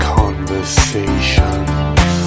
conversations